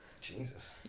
jesus